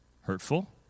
hurtful